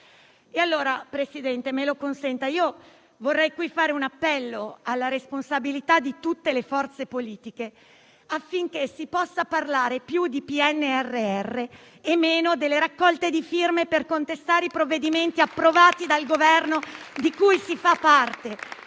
Signor Presidente, mi consenta di fare un appello alla responsabilità di tutte le forze politiche, affinché si possa parlare più di PNRR e meno delle raccolte di firme per contestare i provvedimenti approvati dal Governo di cui si fa parte.